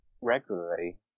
regularly